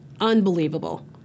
Unbelievable